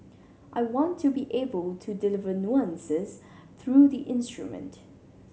I want to be able to deliver nuances through the instrument